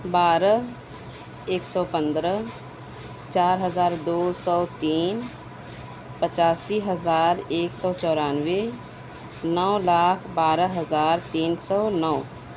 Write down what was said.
بارہ ایک سو پندرہ چار ہزار دو سو تین پچاسی ہزار ایک سو چورانوے نو لاکھ بارہ ہزار تین سو نو